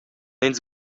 ins